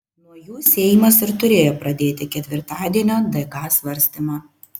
nuo jų seimas ir turėjo pradėti ketvirtadienio dk svarstymą